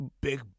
big